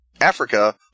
Africa